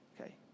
Okay